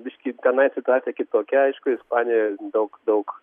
biškį tenai situacija kitokia aišku ispanijoje daug daug